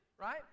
Right